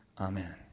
Amen